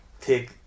take